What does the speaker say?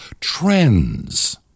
trends